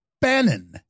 Bannon